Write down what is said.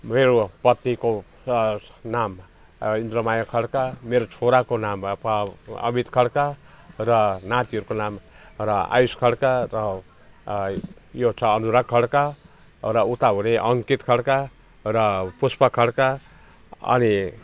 मेरो पत्नीको नाम इन्द्रमाया खड्का मेरो छोराको नाम अफ् अमित खड्का र नातिहरूको नाम र आयुष खड्का र यो छ अनुराग खड्का र उता हुने अङ्कित खड्का र पुष्पा खड्का अनि